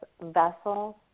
vessels